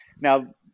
Now